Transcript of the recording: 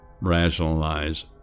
rationalize